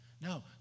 No